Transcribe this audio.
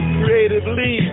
creatively